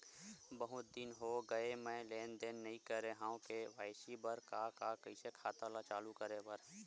बहुत दिन हो गए मैं लेनदेन नई करे हाव के.वाई.सी बर का का कइसे खाता ला चालू करेबर?